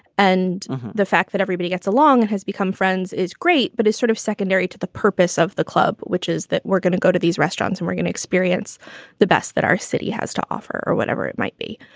and the fact that everybody gets along has become friends is great, but it's sort of secondary to the purpose of the club, which is that we're gonna go to these restaurants and are gonna experience the best that our city has to offer or whatever it might be.